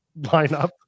lineup